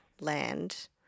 land